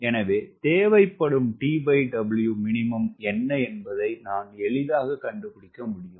எனவே தேவைப்படும் TW minimum என்ன என்பதை நான் எளிதாகக் கண்டுபிடிக்க முடியும்